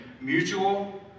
Mutual